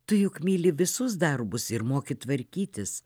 tu juk myli visus darbus ir moki tvarkytis